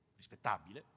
rispettabile